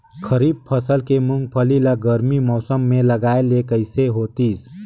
खरीफ फसल के मुंगफली ला गरमी मौसम मे लगाय ले कइसे होतिस?